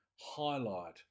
highlight